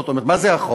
זאת אומרת, מה זה החוק?